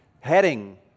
heading